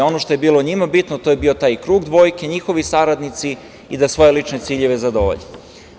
Ono što je bilo njima bitno to je bio taj krug dvojke, njihovi saradnici da svoje lične ciljeve zadovolje.